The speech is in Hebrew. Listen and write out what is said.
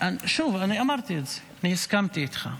שוב, אמרתי את זה והסכמתי איתך,